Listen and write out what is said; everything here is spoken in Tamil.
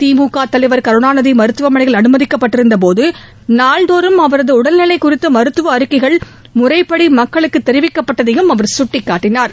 திமுக தலைவர் கருணாநிதி மருத்துவமனையில் அனுமதிக்கப்பட்டிருந்தபோது நாள்தோறும் அவரது உடல்நிலை குறித்த மருத்துவ அறிக்கைகள் முறைப்படி மக்களுக்கு தெரிவிக்கப்பட்டதாகவும் அவர் சுட்டிக்காட்டினார்